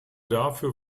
dafür